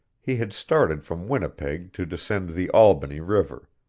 he had started from winnipeg to descend the albany river,